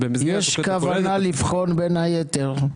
יש כוונה לבחון בין היתר.